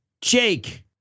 Jake